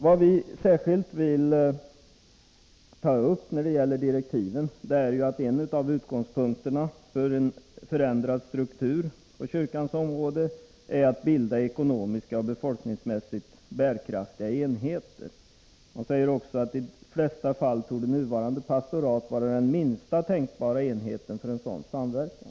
Vi vill när det gäller direktiven särskilt ta upp att en av utgångspunkterna för en förändrad struktur på kyrkans område är att man skall bilda ekonomiskt och befolkningsmässigt bärkraftiga enheter. Man säger också, att i de flesta fall torde nuvarande pastorat vara den minsta tänkbara enheten för sådan samverkan.